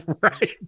right